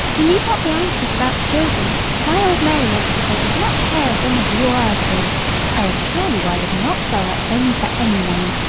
you need not be anxious about children my old merrylegs will take as much care of them as you or i could i assure you i would not sell that pony for any money,